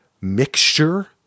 mixture